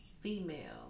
female